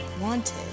Wanted